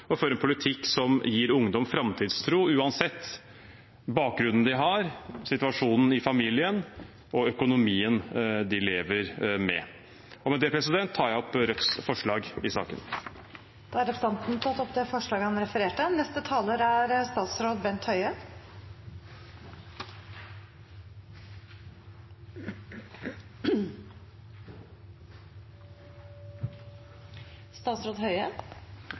og føre en politikk som gir ungdom framtidstro uansett hvilken bakgrunn de har, situasjonen i familien og økonomien de lever med. Med det tar jeg opp Rødts forslag i saken. Representanten Bjørnar Moxnes har tatt opp det forslaget han refererte til. Dette er